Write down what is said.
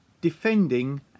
defending